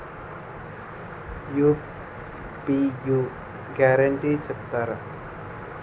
UPI guarantee చెప్తారా?